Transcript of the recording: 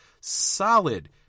solid